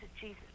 Jesus